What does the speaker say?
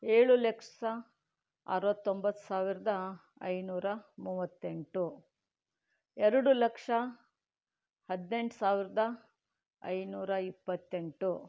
ಏಳು ಲಕ್ಷ ಅರವತ್ತೊಂಬತ್ತು ಸಾವಿರದ ಐನೂರ ಮೂವತ್ತೆಂಟು ಎರಡು ಲಕ್ಷ ಹದಿನೆಂಟು ಸಾವಿರದ ಐನೂರ ಇಪ್ಪತ್ತೆಂಟು